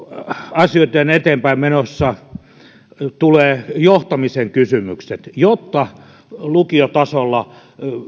asioitten eteenpäinmenossa tulevat johtamisen kysymykset se että lukiotasolla